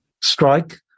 strike